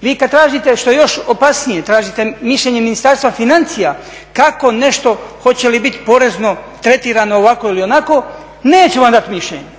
Vi kad tražite, što je još opasnije, tražite mišljenje Ministarstva financija kako nešto, hoće li bit porezno tretirani ovako ili onako, neće vam dati mišljenje,